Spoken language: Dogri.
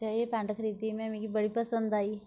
ते एह् पैंट खरीदी में मिगी बड़ी पसंद आई